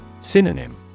Synonym